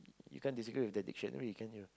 you can't disagree with the dictionary can you